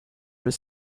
were